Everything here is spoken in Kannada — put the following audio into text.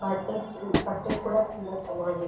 ಬಟ್ಟೆ ಸು ಬಟ್ಟೆ ಕೂಡ ತುಂಬ ಚೆನ್ನಾಗಿದೆ